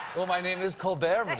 well, my name is colbert,